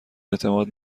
اعتماد